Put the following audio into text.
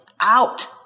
out